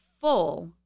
full